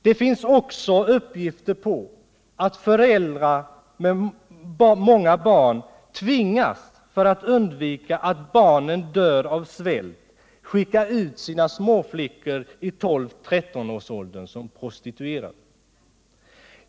Det finns också uppgifter på att föräldrar med många barn för att undvika att barnen dör av svält tvingas skicka ut sina småflickor i åldern 12-13 år som prostituerade.